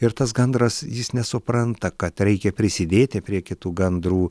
ir tas gandras jis nesupranta kad reikia prisidėti prie kitų gandrų